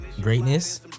Greatness